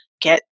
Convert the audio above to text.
get